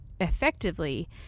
effectively